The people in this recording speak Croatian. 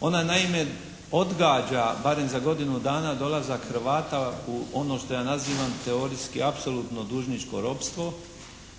Ona naime odgađa barem za godinu dana dolazak Hrvata u ono što ja nazivam teorijski apsolutno dužničko ropstvo.